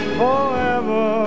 forever